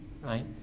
Right